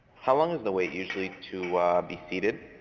how long is the wait usually to be seated?